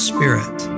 Spirit